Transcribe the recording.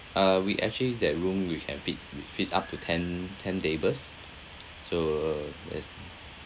uh we actually that room we can fit we fit up to ten ten tables so yes